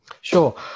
Sure